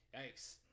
Yikes